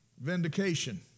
Vindication